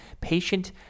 patient